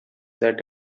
that